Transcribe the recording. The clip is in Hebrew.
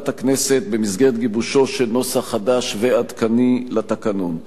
ועדת הכנסת במסגרת גיבושו של נוסח חדש ועדכני לתקנון.